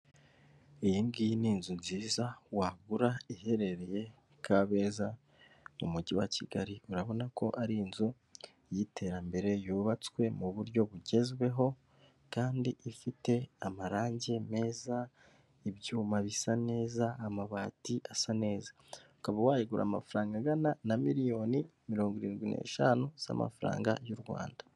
Iyingiyi ni inzu nziza wagura iherereye Kabeza mu mujyi wa Kigali, murabona ko ari inzu y'iterambere yubatswe mu buryo bugezweho kandi ifite amarange meza, ibyuma bisa neza, amabati asa neza. Ukaba wayigura amafaranga angana na miliyoni mirongo irindwi n'eshanu z'amafaranga y'u Rwanda.